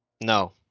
No